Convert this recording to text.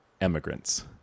emigrants